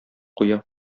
куя